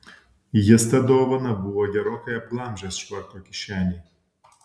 jis tą dovaną buvo gerokai apglamžęs švarko kišenėj